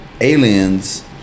Aliens